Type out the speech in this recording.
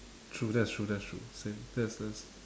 true that's true that's true same that's that's